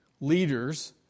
leaders